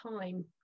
time